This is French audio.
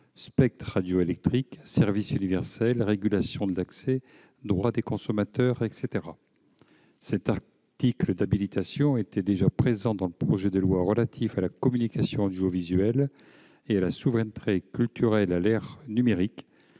spectre radioélectrique, service universel, régulation d'accès, droits des consommateurs, etc. Cette habilitation était déjà prévue dans le projet de loi relatif à la communication audiovisuelle et à la souveraineté culturelle à l'ère numérique.